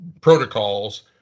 protocols